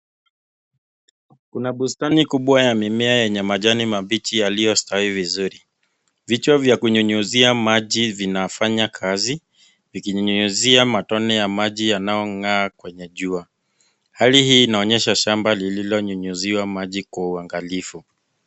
Kuna bustani kubwa ya mimea yenye majani mabichi yaliyostawi vizuri. Vichwa vya kunyunyizia maji vinafanya kazi vikinyunyizia matone ya maji yanayong'aa kwenye jua. Hali hii innaonyesha shamba lililonyunyiziwa maji kwa uangalifu.